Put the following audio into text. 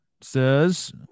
says